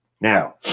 now